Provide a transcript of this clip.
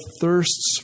thirsts